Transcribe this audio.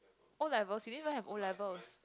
O-levels you didn't even have O-levels